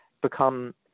become